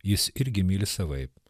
jis irgi myli savaip